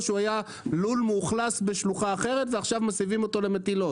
או שהוא היה לול מאוכלס בשלוחה אחרת ועכשיו מסבים אותו למטילות?